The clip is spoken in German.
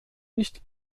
nicht